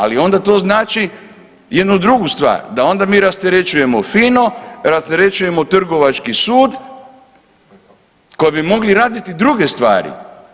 Ali onda to znači jednu drugu stvar, da onda mi rasterećujemo FINA-u, rasterećujemo Trgovački sud koji bi mogli raditi druge stvari.